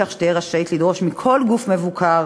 כך שהיא תהיה רשאית לדרוש מכל גוף מבוקר